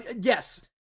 yes